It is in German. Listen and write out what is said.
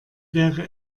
wäre